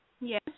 Yes